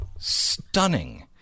stunning